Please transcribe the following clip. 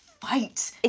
fight